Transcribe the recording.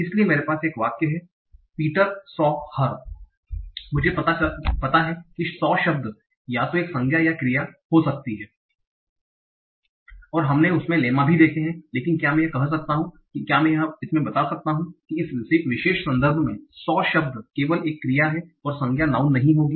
इसलिए मेरे पास एक वाक्य है पीटर सॉ हर मुझे पता है कि सा शब्द या तो एक संज्ञा या क्रिया हो सकता है और हमने उनके लेमा भी देखे हैं लेकिन क्या मैं कह सकता हूं या क्या मैं इसमें बता सकता हूं इस विशेष संदर्भ सॉ शब्द केवल एक क्रिया वर्ब है और संज्ञा नाउँन नहीं होगी